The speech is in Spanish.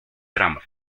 tramo